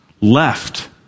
left